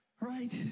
right